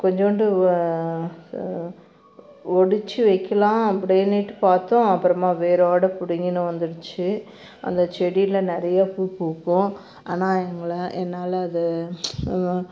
கொஞ்சோண்டு ஒடித்து வைக்கலாம் அப்படின்னிட்டு பார்த்தோம் அப்புறமா வேரோடு புடிங்கின்னு வந்துடுச்சி அந்த செடியில் நிறைய பூ பூக்கும் ஆனால் எங்கள என்னால் அதை